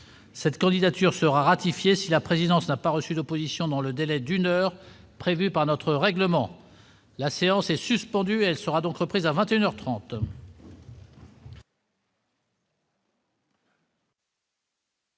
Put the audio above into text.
cette candidature sera ratifié si la présidence n'a pas reçu d'opposition dans le délai d'une heure prévue par notre règlement, la séance est suspendue, elle sera donc reprise à 21